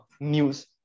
news